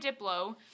Diplo